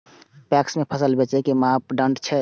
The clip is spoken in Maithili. पैक्स में फसल बेचे के कि मापदंड छै?